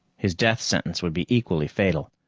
his death sentence would be equally fatal.